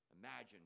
Imagine